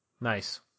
Nice